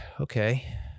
okay